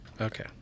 okay